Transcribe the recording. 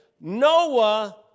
Noah